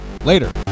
Later